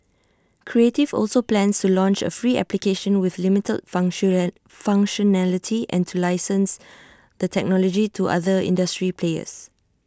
creative also plans to launch A free application with limited function functionality and to license the technology to other industry players